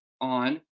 On